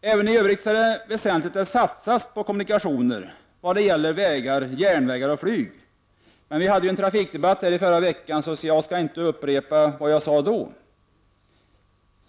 Även i övrigt är det ju väsentligt att det satsas på kommunikationer, på vägar, järnvägar och flyg. Vi förde ju en trafikdebatt här i förra veckan, så jag skall inte upprepa vad jag sade då.